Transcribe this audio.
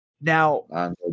Now